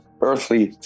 earthly